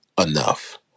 enough